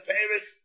Paris